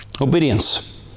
Obedience